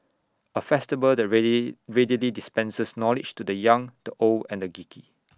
A festival that ready readily dispenses knowledge to the young the old and the geeky